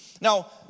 Now